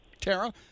Tara